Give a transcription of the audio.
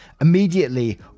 Immediately